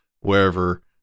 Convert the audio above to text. wherever